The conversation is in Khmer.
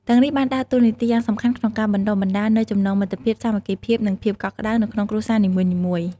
ទាំងនេះបានដើរតួនាទីយ៉ាងសំខាន់ក្នុងការបណ្ដុះបណ្ដាលនូវចំណងមិត្តភាព សាមគ្គីភាព និងភាពកក់ក្ដៅនៅក្នុងគ្រួសារនីមួយៗ ។